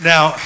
Now